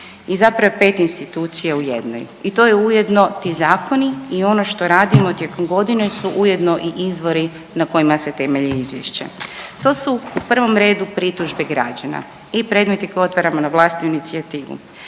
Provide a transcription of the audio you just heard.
i zapravo je 5 institucija u jednoj i to je ujedno, ti zakoni i ono što radimo tijekom godine su ujedno i izvori na kojima se temelji izvješće. To su u prvom redu pritužbe građana i predmeti koje otvaramo na vlastitu inicijativu.